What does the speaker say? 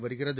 வருகிறது